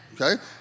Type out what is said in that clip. Okay